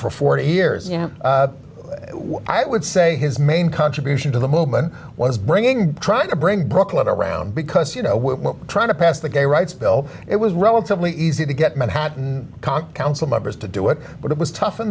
for forty years you know what i would say his main contribution to the movement was bringing trying to bring brooklyn to around because you know we're trying to pass the gay rights bill it was relatively easy to get manhattan conk council members to do it but it was tough in